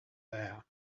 there